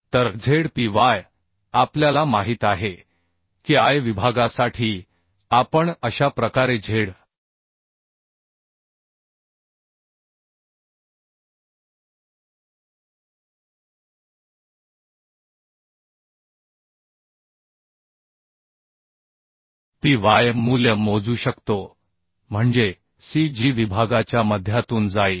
तर Z p y आपल्याला माहित आहे की I विभागासाठी आपण अशा प्रकारे Z p y मूल्य मोजू शकतो म्हणजे C g विभागाच्या मध्यातून जाईल